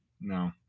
No